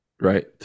right